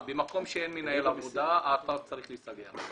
במקום שאין מנהל עבודה אתה צריך להסתדר.